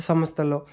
సంస్థలో